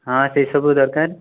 ହଁ ସେଇ ସବୁ ଦରକାର